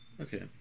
Okay